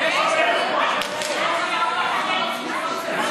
בתוספת טלי